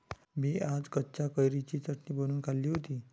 मी आज कच्च्या कैरीची चटणी बनवून खाल्ली होती